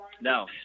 No